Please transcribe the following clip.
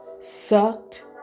sucked